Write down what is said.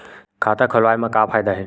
खाता खोलवाए मा का फायदा हे